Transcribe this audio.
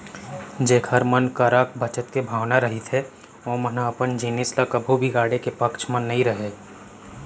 जेखर मन करा बचत के भावना रहिथे ओमन ह अपन जिनिस ल कभू बिगाड़े के पक्छ म नइ रहय